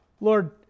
Lord